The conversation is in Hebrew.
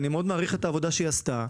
אני מאוד מעריך את העבודה שהיא עשתה.